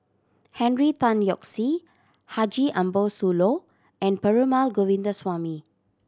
Henry Tan Yoke See Haji Ambo Sooloh and Perumal Govindaswamy